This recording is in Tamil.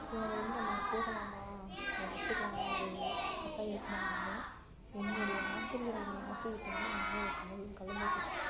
ஸோ அதை வந்து நம்ம போகலாமா அதை கற்றுக்கலாமா அது கரெக்டாக இருக்குமா அப்படின்றத என்னுடைய ஆசிரியரோடய ஆசிரியர்கிட்ட வந்து நான் வந்து அதை கலந் கலந்தோசித்தேன்